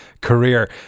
career